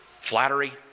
flattery